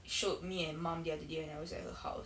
showed me and mum the other day when I was at her house